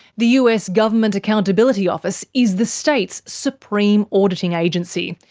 the us government accountability office is the states' supreme auditing agency,